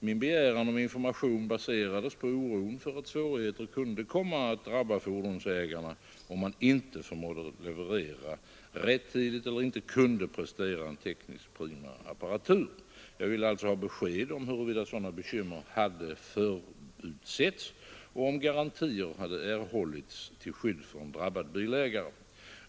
Min begäran om information baserades på oron för att svårigheter kunde komma att drabba fordonsägarna, om man inte förmådde leverera rättidigt eller inte kunde prestera en tekniskt prima apparatur. Jag ville alltså ha besked om huruvida sådana bekymmer hade förutsetts och garantier erhållits till skydd för en drabbad bilägare.